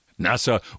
NASA